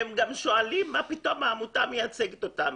הם גם שואלים מה פתאום העמותה מייצגת אותם.